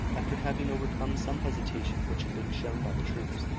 after having overcome some hesitation which had been shown by the troops,